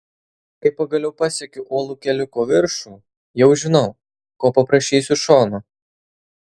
kai pagaliau pasiekiu uolų keliuko viršų jau žinau ko paprašysiu šono